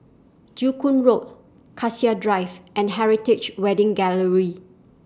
Joo Koon Road Cassia Drive and Heritage Wedding Gallery